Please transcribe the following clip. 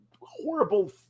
horrible